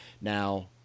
Now